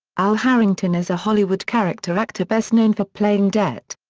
al harrington is a hollywood character actor best known for playing det.